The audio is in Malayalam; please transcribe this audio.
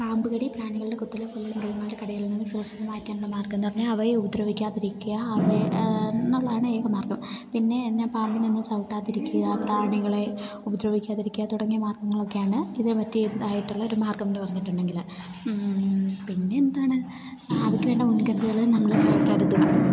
പാമ്പ് കടി പ്രാണികളുടെ കുത്തലുകൾ പോലെയുള്ള മൃഗങ്ങളുടെ കടയിൽ നിന്ന് സുരക്ഷിതമായിരിക്കാനുള്ള മാർഗ്ഗമെന്നു പറഞ്ഞാൽ അവയെ ഉപദ്രവിക്കാതിരിക്കുക അവയെ എന്നുള്ളതാണ് ഏക മാർഗ്ഗം പിന്നെ എന്ന പാമ്പിനൊന്നും ചവിട്ടാതിരിക്കുക പ്രാണികളെ ഉപദ്രവിക്കാതിരിക്കുക തുടങ്ങിയ മാർഗ്ഗങ്ങളൊക്കെയാണ് ഇതിന് പറ്റിയതായിട്ടുള്ള ഒരു മാർഗ്ഗമെന്നു പറഞ്ഞിട്ടുണ്ടെങ്കിൽ പിന്നെ എന്താണ് അവയ്ക്കു വേണ്ട മുൻകരുതലുകൾ നമ്മൾ കൈ കരുതുക